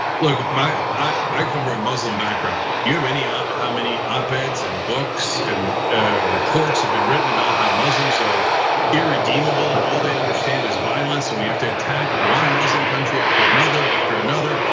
look, my, i come from a muslim background, you have ah how many op-eds and books, and reports have been written about how muslims are irredeemable. and all they understand is violence and we have to attack one muslim country after another after another.